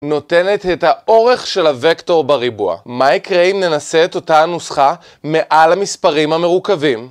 נותנת את האורך של הוקטור בריבוע, מה יקרה אם ננסה את אותה הנוסחה מעל המספרים המרוכבים?